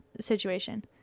situation